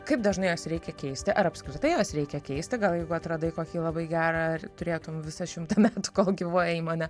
kaip dažnai juos reikia keisti ar apskritai juos reikia keisti gal jau atradai kokį labai gerą ar turėtum visą šimtą metų kol gyvuoja įmonė